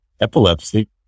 epilepsy